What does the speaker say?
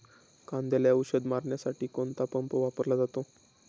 कांद्याला औषध मारण्यासाठी कोणता पंप वापरला जातो?